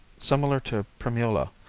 similar to primula,